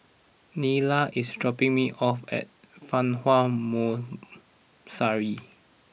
Nila is dropping me off at Fa Hua moan sorry